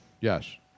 Yes